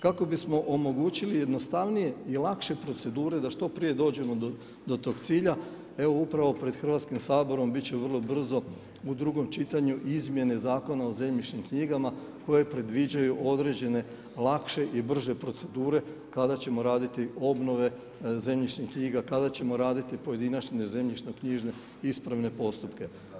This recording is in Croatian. Kako bismo omogućili jednostavnije i lakše procedure da što prije dođemo do tog cilja, evo upravo pred Hrvatskim saborom bit će vrlo brzo u drugom čitanju i izmjene Zakona o zemljišnim knjigama koje predviđaju određene lakše i brže procedure kada ćemo raditi obnove zemljišnih knjiga, kada ćemo raditi pojedinačne zemljišno-knjižne ispravne postupka.